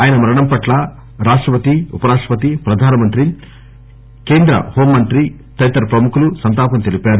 ఆయన మరణంపట్ల రాష్టపతి ఉపరాష్టపతి ప్రధాన మంత్రి కేంద్ర హోంమంత్రి తదితర ప్రముఖులు సంతాపం తెలిపారు